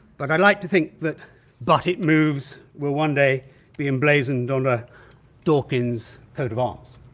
but i like to think that but it moves will one day be emblazoned on a dawkins coat of arms.